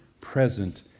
present